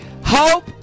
Hope